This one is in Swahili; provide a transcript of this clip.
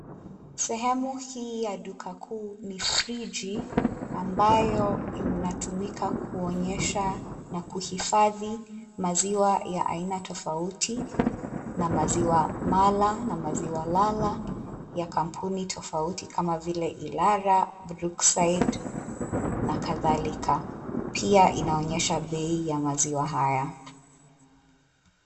Sehemu hii ya duka kuu ni friji ambayo inatumika kuonyesha na kuhifadhi maziwa ya aina tofauti na maziwa mala na maziwa lala ya kampuni tofauti kama vile: Ilara, Brookside na kadhalika. Pia inaonyesha bei ya maziwa haya.